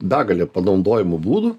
begalė panaudojimo būdų